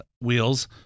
wheels